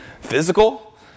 physical